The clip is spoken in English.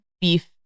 beef